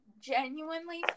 genuinely